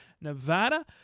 Nevada